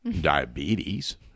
diabetes